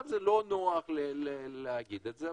זה לא נוח להגיד את זה,